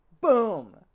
Boom